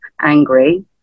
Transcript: angry